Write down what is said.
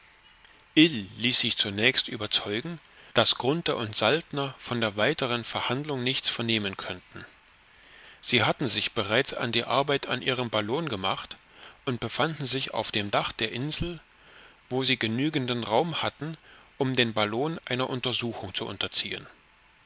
ließ sich zunächst überzeugen daß grunthe und saltner von der weiteren verhandlung nichts vernehmen könnten sie hatten sich bereits an die arbeit an ihrem ballon gemacht und befanden sich auf dem dach der insel wo sie genügenden raum hatten um den ballon einer untersuchung zu unterziehen